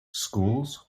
schools